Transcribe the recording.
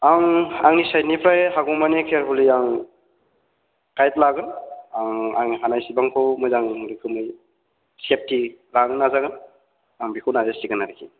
आं आंनि साइडनिफ्राय हागौ मानि केयारफुलि आं गाइड लागोन आं आंनि हानायसेबांखौ मोजां रोखोमनि सेफ्टि लांनो नाजागोन आं बेखौ नाजासिगोन आरोखि